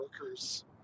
workers